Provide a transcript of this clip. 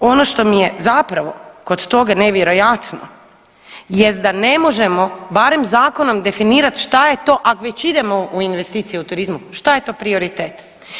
I ono što mi je zapravo kod toga nevjerojatno jest da ne možemo barem zakonom definirati šta je to ak već idemo u investicije u turizmu, šta je to prioritet.